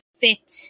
fit